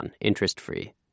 interest-free